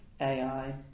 AI